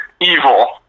evil